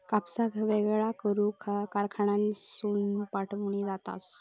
कापसाक वेगळा करून कारखान्यातसून पाठविला जाता